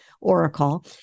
Oracle